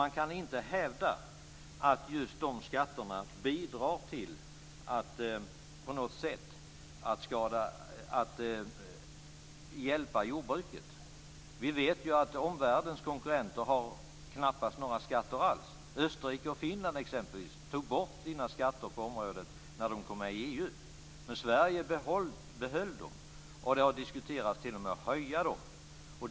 Man kan inte hävda att just de skatterna bidrar till att på något sätt hjälpa jordbruket. Vi vet att omvärldens konkurrenter knappt har några skatter alls. Österrike och Finland exempelvis tog bort sina skatter på området när de kom med i EU, men Sverige behöll dem. Det har t.o.m. diskuterats att höja dem.